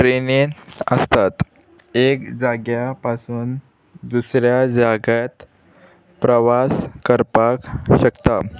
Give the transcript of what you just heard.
ट्रेनीन आसतात एक जाग्या पासून दुसऱ्या जाग्यांत प्रवास करपाक शकता